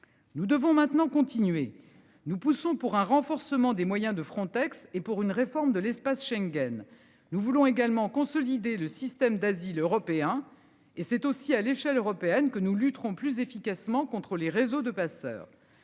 Nous devons maintenant continuer nous poussons pour un renforcement des moyens de Frontex et pour une réforme de l'espace Schengen. Nous voulons également consolider le système d'asile européen et c'est aussi à l'échelle européenne que nous lutterons plus efficacement contre les réseaux de passeurs.